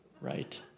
Right